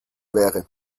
wäre